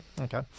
okay